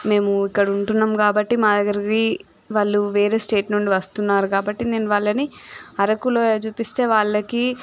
మేము ఇక్కడ ఉంటున్నాం కాబట్టి మరి వాళ్ళు వేరే స్టేట్ నుండి వస్తున్నారు కాబట్టి నేను వాళ్ళని అరకులోయ చూపిస్తే వాళ్ళకి